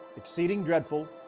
exceeding dreadful,